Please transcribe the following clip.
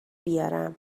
بیارم